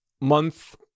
month